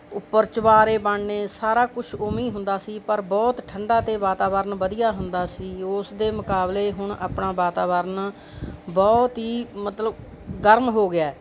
ਉੱਪਰ ਚੁਬਾਰੇ ਬਣਨੇ ਸਾਰਾ ਕੁਛ ਉਵੇਂ ਹੀ ਹੁੰਦਾ ਸੀ ਪਰ ਬਹੁਤ ਠੰਢਾ ਅਤੇ ਵਾਤਾਵਰਨ ਵਧੀਆ ਹੁੰਦਾ ਸੀ ਉਸ ਦੇ ਮੁਕਾਬਲੇ ਹੁਣ ਆਪਣਾ ਵਾਤਾਵਰਨ ਬਹੁਤ ਹੀ ਮਤਲਬ ਗਰਮ ਹੋ ਗਿਆ ਹੈ